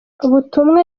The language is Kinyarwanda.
ubutumwa